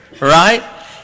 right